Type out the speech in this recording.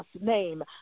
name